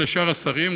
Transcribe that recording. ולשאר השרים,